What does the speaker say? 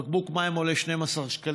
בקבוק מים עולה 12 שקלים,